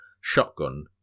shotgun